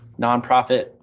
nonprofit